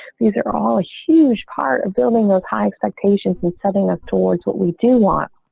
these are all a huge part of building those high expectations and southern up towards what we do want